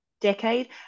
decade